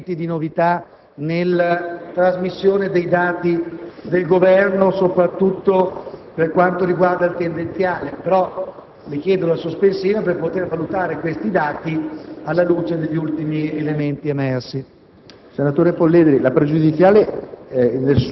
senatore Azzollini vi siano, sì, elementi di novità nella trasmissione dei dati del Governo, soprattutto per quanto riguarda il tendenziale; propongo tuttavia una questione sospensiva per poter valutare questi dati, alla luce degli ultimi elementi emersi.